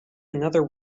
another